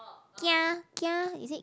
kia kia is it